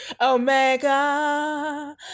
Omega